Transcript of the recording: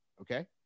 okay